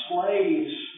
slaves